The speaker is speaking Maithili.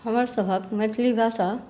हमर सभक मैथिली भाषा